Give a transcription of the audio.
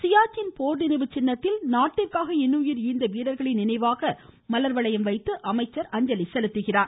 சியாச்சின் போர் நினைவு சின்னத்தில் நாட்டிற்காக இன்னுயிர் ஈந்த வீரர்களின் நினைவாக மலர் வளையம் வைத்து அமைச்சர் அஞ்சலி செலுத்துகிறார்